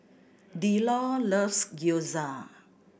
Delores loves Gyoza